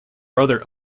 brother